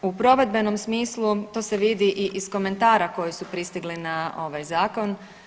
U provedbenom smislu to se vidi i iz komentara koji su pristigli na ovaj zakon.